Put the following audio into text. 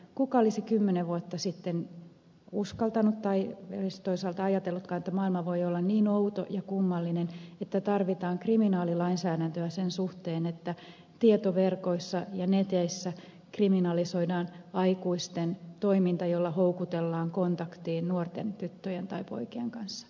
kuka olisi kymmenen vuotta sitten uskaltanut kuvitella tai edes toisaalta ajatellutkaan että maailma voi olla niin outo ja kummallinen että tarvitaan kriminaalilainsäädäntöä sen suhteen että tietoverkoissa ja neteissä kriminalisoidaan aikuisten toiminta jolla houkutellaan kontaktiin nuorten tyttöjen tai poikien kanssa